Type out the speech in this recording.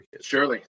Surely